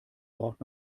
braucht